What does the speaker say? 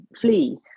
flee